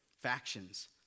Factions